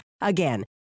Again